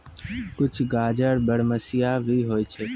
कुछ गाजर बरमसिया भी होय छै